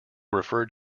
referred